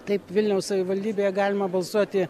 taip vilniaus savivaldybėje galima balsuoti